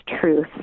truth